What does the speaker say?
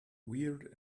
weird